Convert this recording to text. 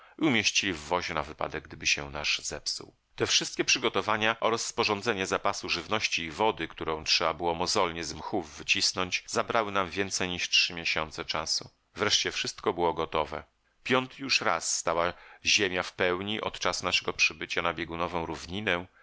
umieścili w wozie na wypadek gdyby się nasz zepsuł te wszystkie przygotowania oraz sporządzenie zapasu żywności i wody którą trzeba było mozolnie z mchów wycisnąć zabrały nam więcej niż trzy miesiące czasu wreszcie wszystko było gotowe piąty już raz stała ziemia w pełni od czasu naszego przybycia na